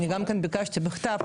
אני גם ביקשתי בכתב,